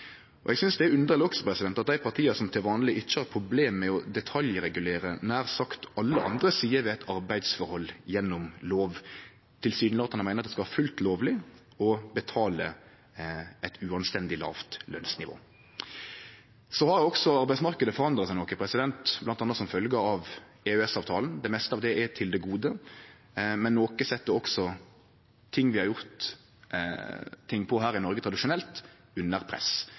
under. Eg synest det er underleg at dei partia som til vanleg ikkje har problem med å detaljregulere nær sagt alle andre sider ved eit arbeidsforhold gjennom lov, tilsynelatande meiner det skal vere fullt lovleg å ha eit uanstendig lågt lønsnivå. Så har også arbeidsmarknaden forandra seg noko, bl.a. som følgje av EØS-avtalen. Det meste av det er til det gode, men noko set også ting vi tradisjonelt har gjort her i Noreg, under press.